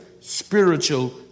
spiritual